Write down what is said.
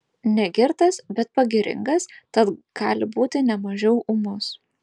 negirtas bet pagiringas tad gali būti ne mažiau ūmus